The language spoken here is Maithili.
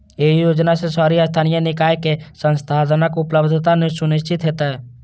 एहि योजना सं शहरी स्थानीय निकाय कें संसाधनक उपलब्धता सुनिश्चित हेतै